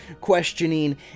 questioning